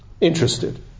interested